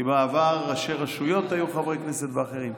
כי בעבר ראשי רשויות היו חברי כנסת ואחרים.